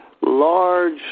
large